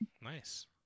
Nice